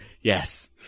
Yes